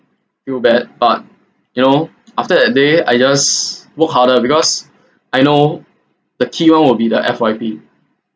feel bad but you know after that day I just work harder because I know the key one will be the F_Y_P